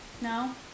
No